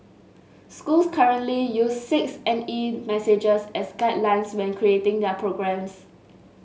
schools currently use six N E messages as guidelines when creating their programmes